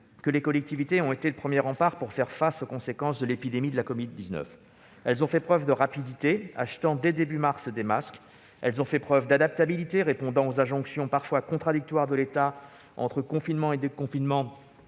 les collectivités ont été le premier rempart face aux conséquences de l'épidémie de la covid-19. Elles ont fait preuve de rapidité, achetant des masques dès le début du mois de mars, et d'adaptabilité, répondant aux injonctions parfois contradictoires de l'État, entre confinement et déconfinement,